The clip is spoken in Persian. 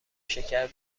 شکر